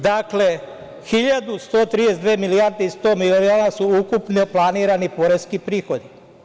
Dakle, 1.132 milijarde i 100 miliona su ukupno planirani poreski prihodi.